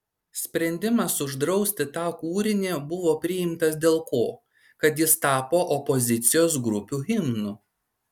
sprendimas uždrausti tą kūrinį buvo priimtas dėl ko kad jis tapo opozicijos grupių himnu